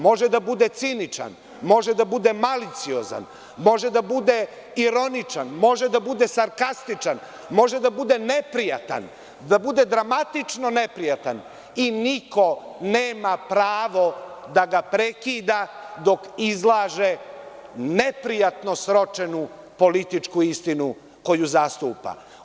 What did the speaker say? Može da bude ciničan, može da bude maliciozan, može da bude ironičan, sarkastičan, neprijatan, dramatično neprijatan i niko nema pravo da ga prekida dok izlaže neprijatno sročenu političku istinu koju zastupa.